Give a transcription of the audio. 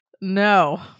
No